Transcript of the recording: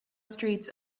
streets